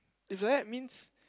if like that means